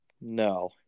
No